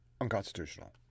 Unconstitutional